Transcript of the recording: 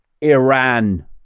Iran